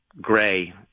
gray